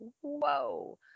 whoa